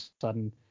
sudden